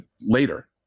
later